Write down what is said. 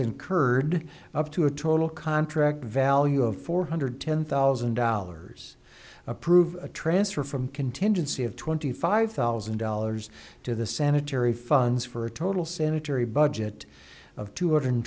incurred up to a total contract value of four hundred ten thousand dollars approved a transfer from contingency of twenty five thousand dollars to the sanitary funds for a total sanitary budget of two hundred